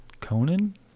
Conan